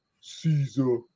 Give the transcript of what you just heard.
Caesar